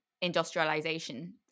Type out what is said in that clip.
industrialization